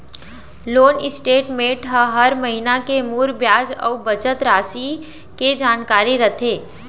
loan statement म हर महिना के मूर बियाज अउ बचत रासि के जानकारी रथे